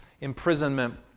imprisonment